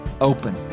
open